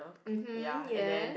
mmhmm ya